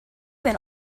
been